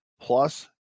Plus